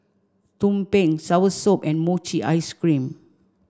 Tumpeng Soursop and Mochi ice cream